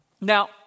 Now